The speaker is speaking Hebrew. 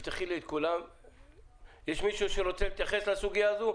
יש מישהו שרוצה להתייחס לסוגיה הזו,